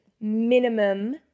minimum